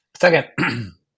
Second